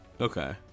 Okay